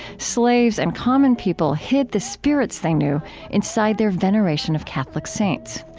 slaves and common people hid the spirits they knew inside their veneration of catholic saints.